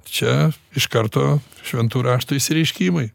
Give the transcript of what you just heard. čia iš karto šventų raštų išsireiškimai